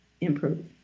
improve